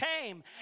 came